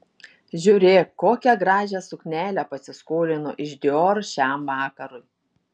žiūrėk kokią gražią suknelę pasiskolino iš dior šiam vakarui